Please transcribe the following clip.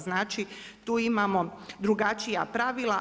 Znači, tu imamo drugačija pravila.